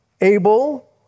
Abel